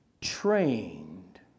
trained